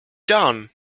done